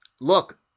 look